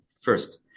first